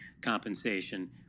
compensation